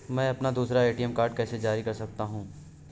मैं अपना दूसरा ए.टी.एम कार्ड कैसे जारी कर सकता हूँ?